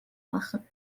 machen